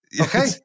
Okay